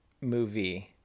movie